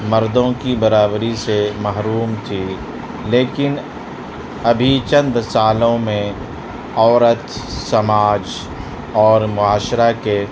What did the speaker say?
مردوں کی برابری سے محروم تھی لیکن ابھی چند سالوں میں عورت سماج اور معاشرہ کے